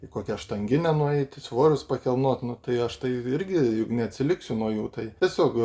į kokią štanginę nueiti svorius pakilnot nu tai aš tai irgi neatsiliksiu nuo jų tai tiesiog